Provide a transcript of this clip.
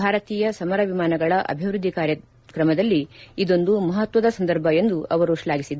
ಭಾರತೀಯ ಸಮರ ವಿಮಾನಗಳ ಅಭಿವೃದ್ಧಿ ಕಾರ್ಯಕ್ರಮದಲ್ಲಿ ಇದೊಂದು ಮಪತ್ವದ ಸಂದರ್ಭ ಎಂದು ಅವರು ಶ್ಲಾಘಿಸಿದ್ದಾರೆ